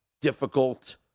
difficult